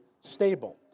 stable